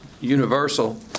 universal